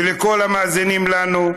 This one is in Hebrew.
וכל המאזינים לנו,